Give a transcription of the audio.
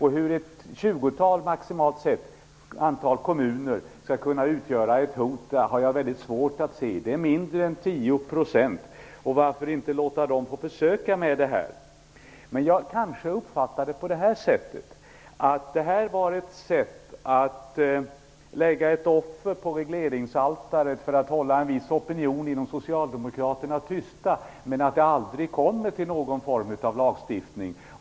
Hur totalt sett maximalt ett tjugotal kommuner skall kunna utgöra ett hot har jag väldigt svårt att se. Det är mindre än 10 %. Varför inte låta dem försöka med detta? Jag uppfattar det kanske som att detta var ett sätt att lägga ett offer på regleringsaltaret för att hålla en viss opinion inom Socialdemokraterna tyst, men att det aldrig kommer att bli någon form av lagstiftning.